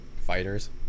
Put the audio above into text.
fighters